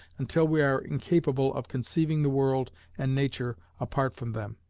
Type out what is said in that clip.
until we are incapable of conceiving the world and nature apart from them,